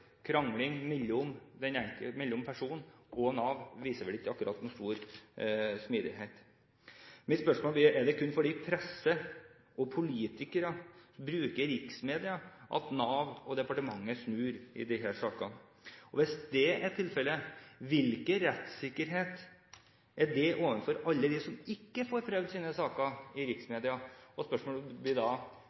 krangling mellom personen og Nav viser vel ikke akkurat noen stor smidighet. Mitt spørsmål blir: Er det kun fordi presse og politikere bruker riksmedia at Nav og departementet snur i disse sakene? Hvis det er tilfellet, hvilken rettssikkerhet er det overfor alle dem som ikke får prøvd sine saker i riksmedia? Spørsmålet blir da: